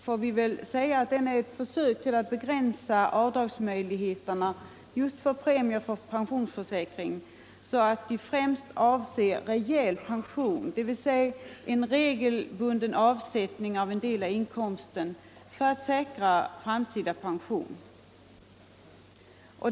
får väl sägas vara ett försök att begränsa möjligheterna till avdrag just för premier för pensionsförsäkring. Avdragsrätten avser ju främst reell pension, dvs. en regelbunden avsättning av en del av inkomsten för att säkra framtida pension.